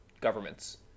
governments